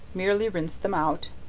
merely rinse them out,